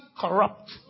corrupt